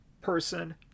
person